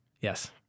Yes